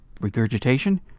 regurgitation